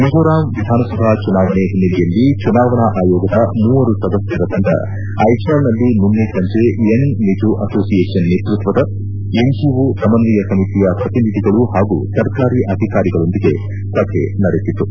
ಮಿಜೋರಾಂ ವಿಧಾನಸಭಾ ಚುನಾವಣೆ ಹಿನ್ನೆಲೆಯಲ್ಲಿ ಚುನಾವಣಾ ಆಯೋಗದ ಮೂವರು ಸದಸ್ಥರ ತಂಡ ಐಜ್ವಾಲ್ನಲ್ಲಿ ನಿನ್ನೆ ಸಂಜೆ ಯಂಗ್ ಮಿಜೋ ಅಸೋಸಿಯೇಷನ್ ನೇತೃತ್ವದ ಎನ್ಜಿಓ ಸಮನ್ವಯ ಸಮಿತಿಯ ಪ್ರತಿನಿಧಿಗಳು ಹಾಗೂ ಸರ್ಕಾರಿ ಅಧಿಕಾರಿಗಳೊಂದಿಗೆ ಸಭೆ ನಡೆಸಿತು